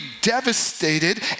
devastated